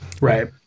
right